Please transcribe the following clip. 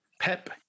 Pep